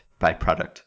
byproduct